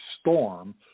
storm